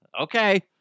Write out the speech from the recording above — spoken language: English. Okay